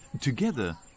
Together